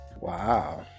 Wow